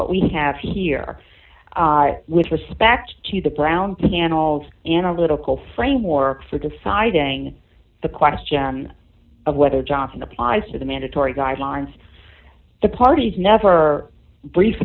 what we have here with respect to the brown panel's analytical frame or for deciding the question of whether johnson applies to the mandatory guidelines the parties never brief